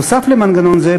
נוסף על מנגנון זה,